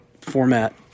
format